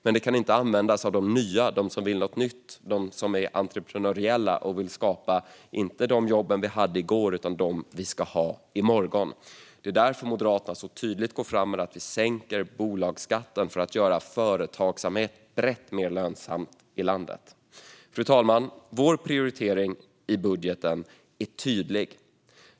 Men de kan inte användas av de nya, de som vill något nytt, de som är entreprenöriella och inte vill skapa de jobb vi hade i går utan dem vi ska ha i morgon. Det är därför Moderaterna så tydligt går fram med att sänka bolagsskatten. Vi vill göra företagsamhet i stort mer lönsamt i landet. Fru talman! Vår prioritering i budgeten är tydlig.